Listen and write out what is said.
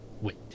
Wait